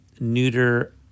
neuter